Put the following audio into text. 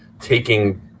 taking